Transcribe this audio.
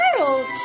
world